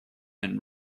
and